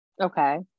Okay